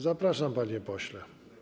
Zapraszam, panie pośle.